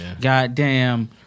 goddamn